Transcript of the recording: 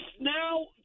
now